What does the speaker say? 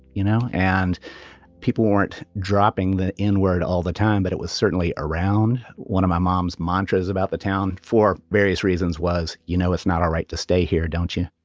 you know, and people weren't dropping the n-word all the time, but it was certainly around. one of my mom's mantras about the town for various reasons was, you know, it's not all right to stay here, don't you?